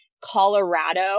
Colorado